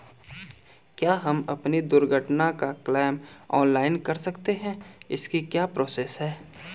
क्या हम अपनी दुर्घटना का क्लेम ऑनलाइन कर सकते हैं इसकी क्या प्रोसेस है?